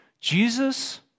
Jesus